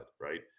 Right